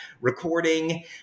recording